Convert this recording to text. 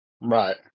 Right